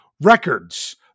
records